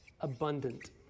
abundant